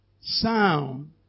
Sound